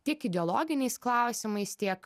tiek ideologiniais klausimais tiek